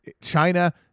China